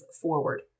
forward